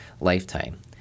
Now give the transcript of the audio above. lifetime